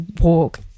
walk